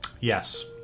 Yes